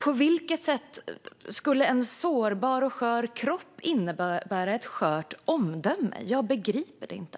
På vilket sätt skulle en sårbar och skör kropp innebära ett skört omdöme? Jag begriper det inte.